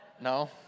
No